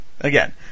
again